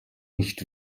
nicht